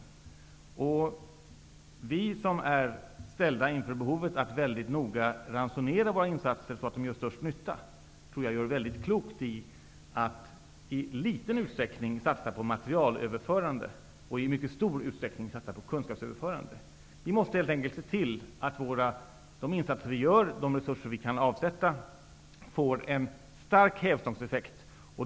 Jag tror att vi, som är ställda inför behovet att mycket noga ransonera våra insatser så att de gör störst nytta, gör väldigt klokt i att i liten utsträckning satsa på materialöverförande och i mycket stor utsträckning satsa på kunskapsöverförande. Vi måste helt enkelt se till att de insatser vi gör och de resurser vi kan avsätta får en stark hävstångseffekt.